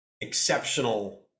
exceptional